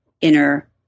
inner